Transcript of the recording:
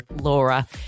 Laura